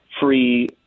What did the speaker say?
free